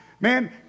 man